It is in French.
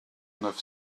neuf